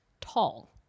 tall